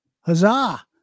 Huzzah